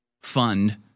fund